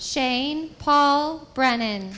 shane paul brennan